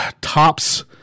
Tops